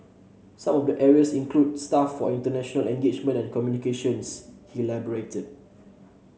some of the areas include staff for international engagement and communications he elaborated